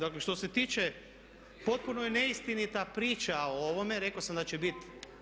Dakle, što se tiče potpuno je neistinita priča o ovome, rekao sam da će biti.